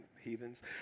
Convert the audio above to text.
heathens